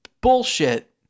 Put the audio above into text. bullshit